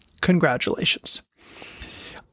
Congratulations